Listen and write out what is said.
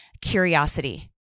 curiosity